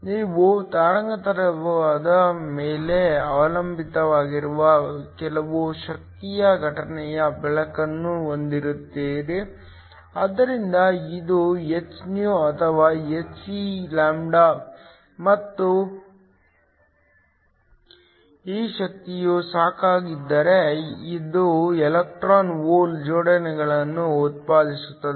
ನೀವು ತರಂಗಾಂತರದ ಮೇಲೆ ಅವಲಂಬಿತವಾಗಿರುವ ಕೆಲವು ಶಕ್ತಿಯ ಘಟನೆಯ ಬೆಳಕನ್ನು ಹೊಂದಿದ್ದೀರಿ ಆದ್ದರಿಂದ ಇದು hυ ಅಥವಾ hcλ ಮತ್ತು ಈ ಶಕ್ತಿಯು ಸಾಕಾಗಿದ್ದರೆ ಅದು ಎಲೆಕ್ಟ್ರಾನ್ ಹೋಲ್ ಜೋಡಿಗಳನ್ನು ಉತ್ಪಾದಿಸುತ್ತದೆ